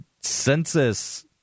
census